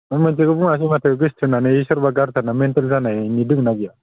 मा जेबो बुङासै माथो गोसो थोनानै सोरबा गारजाना मेन्टेल जानायनि दंना गैया